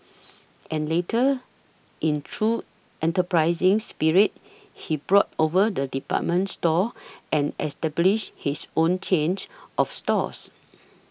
and later in true enterprising spirit he bought over the department store and established his own change of stores